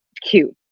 cute